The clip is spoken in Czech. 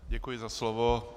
Děkuji za slovo.